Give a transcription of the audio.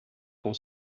com